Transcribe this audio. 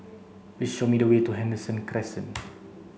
please show me the way to Henderson Crescent